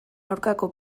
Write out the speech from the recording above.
aurkako